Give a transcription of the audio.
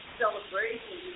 celebration